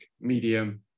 Medium